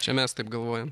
čia mes taip galvojam